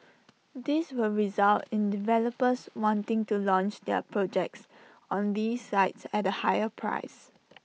this will result in developers wanting to launch their projects on these sites at higher prices